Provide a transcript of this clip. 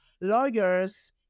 lawyers